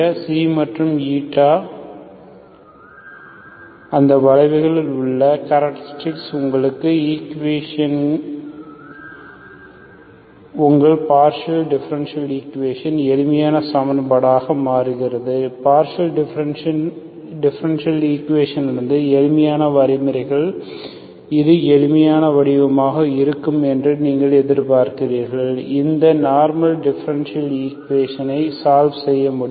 Xi மற்றும் Eta மற்றும் அந்த வளைவுகளில் உள்ள கேராக்டரிஸ்டிக்கள் உங்கள் ஈக்குவேஷன் உங்கள் பார்ஷியல் டிஃபரென்ஷியல் ஈக்குவேஷன் எளிமையான சமன்பாடாக மாறுகிறது பார்ஷியல் டிஃபரென்ஷியல் சமன்பாட்டிலிருந்து எளிமையான வழிமுறைகள் இது எளிமையான வடிவமாக இருக்கும் என்று நீங்கள் எதிர்பார்க்கிறீர்கள் இந்த நார்மல் டிஃபரென்ஷியல் ஈக்குவேஷனை சால்வ் செய்ய முடியும்